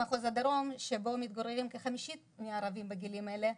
במחוז הדרום שבו מתגוררים כחמישית מהערבים בגילים האלה,